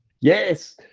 Yes